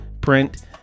print